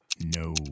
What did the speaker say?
No